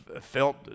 felt